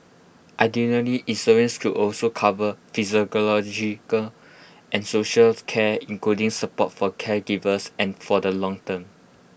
insurance should also cover psychological and social of care including support for caregivers and for the long term